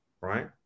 right